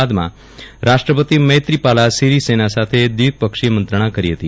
બાદમાં રાષ્ટ્રપતિ મૈત્રીપાલા સીરીસેના સાથે દ્વિપક્ષીય મંત્રના કરી હતી